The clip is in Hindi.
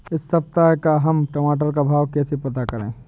इस सप्ताह का हम टमाटर का भाव कैसे पता करें?